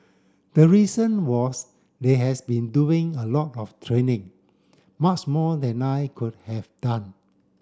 the reason was they has been doing a lot of training much more than I could have done